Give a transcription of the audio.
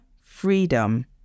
freedom